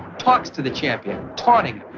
talks to the champion, taunting